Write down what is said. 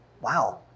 wow